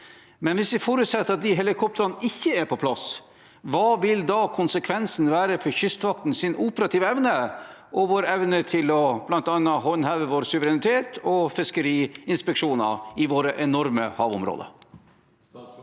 Hvis vi forutsetter at de helikoptrene ikke er på plass, hva vil konsekvensen da være for Kystvaktens operative evne og vår evne til bl.a. å håndheve vår suverenitet og utføre fiskeriinspeksjoner i våre enorme havområder?